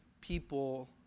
people